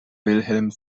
wilhelm